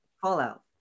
fallout